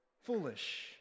foolish